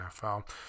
NFL